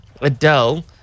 Adele